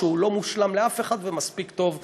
שהוא לא מושלם לאף אחד ומספיק טוב לכולם.